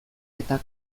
eta